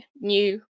new